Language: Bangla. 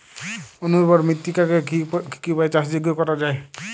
অনুর্বর মৃত্তিকাকে কি কি উপায়ে চাষযোগ্য করা যায়?